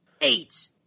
eight